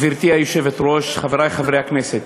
גברתי היושבת-ראש, חברי חברי הכנסת,